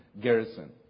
Garrison